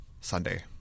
Sunday